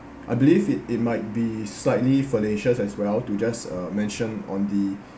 I believe it it might be slightly fallacious as well to just uh mention on the